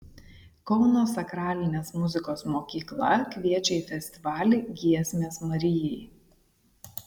kauno sakralinės muzikos mokykla kviečia į festivalį giesmės marijai